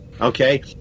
Okay